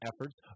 efforts